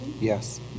yes